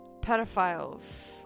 Pedophiles